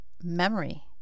memory